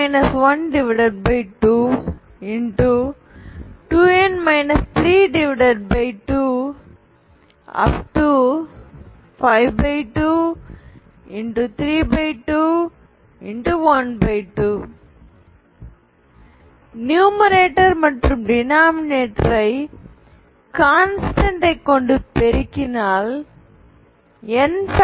12 numerator மற்றும் denominator ஐ மாறிலியை கொண்டு பெருக்கினால் n